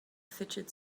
fidget